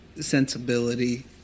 sensibility